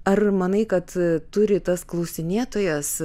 ar manai kad turi tas klausinėtojas